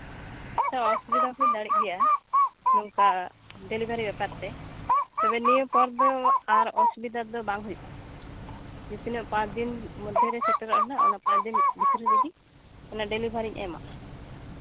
ᱥᱮ ᱚᱥᱩᱵᱤᱫᱟ ᱦᱩᱭ ᱫᱟᱲᱮᱜ ᱜᱮᱭᱟ ᱱᱚᱝᱠᱟ ᱰᱮᱞᱤᱵᱷᱟᱨᱤ ᱵᱮᱯᱟᱨᱛᱮ ᱛᱚᱵᱮ ᱱᱤᱭᱟᱹ ᱯᱚᱨ ᱫᱚ ᱟᱨ ᱚᱥᱩᱵᱤᱫᱟ ᱫᱚ ᱵᱟᱝ ᱦᱩᱭᱩᱜᱼᱟ ᱛᱤᱱᱟᱹᱜ ᱯᱟᱸᱪ ᱫᱤᱱ ᱢᱚᱫᱽᱫᱷᱮᱨᱮ ᱥᱮᱴᱮᱨᱚᱜ ᱨᱮᱱᱟᱜ ᱚᱱᱟ ᱯᱟᱸᱪ ᱫᱤᱱ ᱵᱷᱤᱛᱨᱤ ᱨᱮᱜᱮ ᱚᱱᱟ ᱰᱮᱞᱤᱵᱷᱟᱨᱤᱧ ᱮᱢᱟ